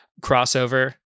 crossover